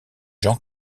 jean